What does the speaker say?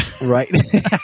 Right